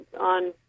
on